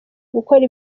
gukora